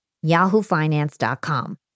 yahoofinance.com